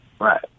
Right